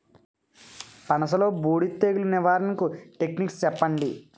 పనస లో బూడిద తెగులు నివారణకు టెక్నిక్స్ చెప్పండి?